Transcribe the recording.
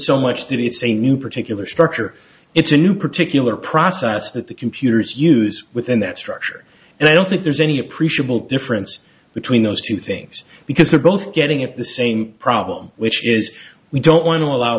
so much that it's a new particular structure it's a new particular process that the computers use within that structure and i don't think there's any appreciable difference between those two things because they're both getting at the same problem which is we don't want to allow